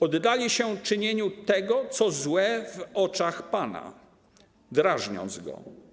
Oddali się czynieniu tego, co złe w oczach Pana, drażniąc go.